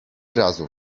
razu